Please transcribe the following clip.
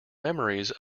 memories